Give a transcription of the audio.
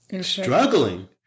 Struggling